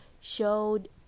showed